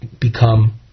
become